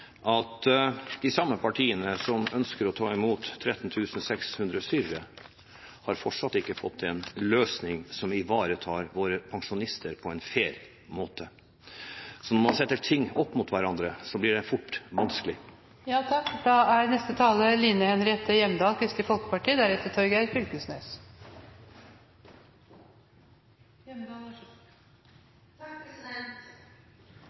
at de samme partiene som ønsker å ta imot 13 600 syrere, fortsatt ikke har fått til en løsning som ivaretar våre pensjonister på en fair måte. Når man setter ting opp mot hverandre, blir det fort